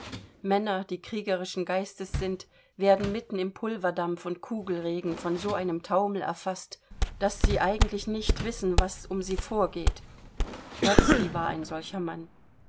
männer die kriegerischen geistes sind werden mitten im pulverdampf und kugelregen von so einem taumel erfaßt daß sie eigentlich nicht wissen was um sie vorgeht dotzky war ein solcher mann